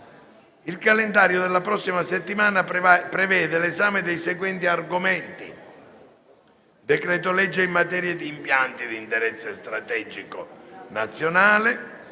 Il calendario della prossima settimana prevede l'esame dei seguenti argomenti: decreto-legge in materia di impianti di interesse strategico nazionale;